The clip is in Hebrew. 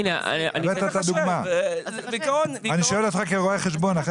אני שואל אותך כרואה חשבון.